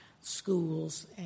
schools